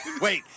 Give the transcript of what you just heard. Wait